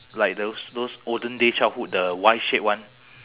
like those those olden day childhood the Y shape one